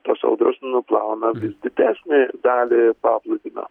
tos audros nuplauna vis didesnę dalį paplūdimio